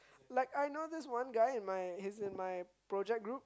like I know this one guy in my he's in my project group